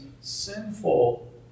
sinful